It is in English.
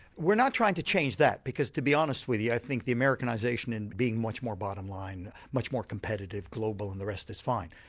we're not trying to change that because to be honest with you i think the americanisation in being much more bottom line, much more competitive, global and the rest is fine.